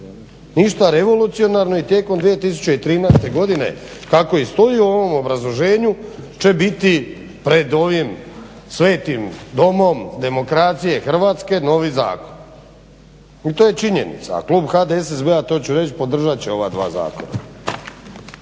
ništa revolucionarno i tijekom 2013.godine kako i stoji u ovom obrazloženju će biti pred ovim svetim Domom demokracije Hrvatske novi zakon. i to je činjenica, a klub HDSSB-a to ću reći podržat će ova dva zakona.